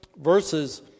verses